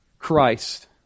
Christ